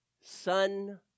son